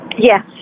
Yes